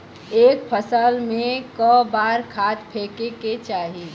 एक फसल में क बार खाद फेके के चाही?